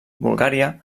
bulgària